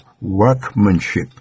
workmanship